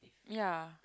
ya